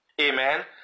Amen